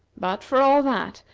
but, for all that,